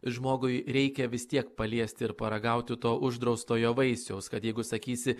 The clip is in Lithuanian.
žmogui reikia vis tiek paliesti ir paragauti to uždraustojo vaisiaus kad jeigu sakysi